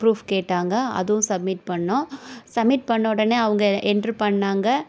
proof கேட்டாங்க அதுவும் submit பண்ணோம் சமிட் பண்ண உடனே அவங்க என்ட்ரு பண்ணாங்க